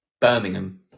Birmingham